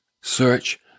search